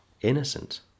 innocent